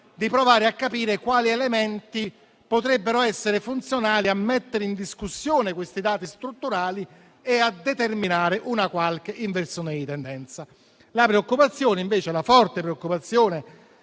di provare a capire quali elementi potrebbero essere funzionali a mettere in discussione questi dati strutturali e a determinare una qualche inversione di tendenza. La forte preoccupazione,